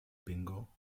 bingo